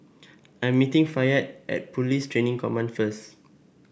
I'm meeting Fayette at Police Training Command first